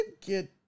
get